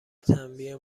تنبیه